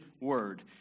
word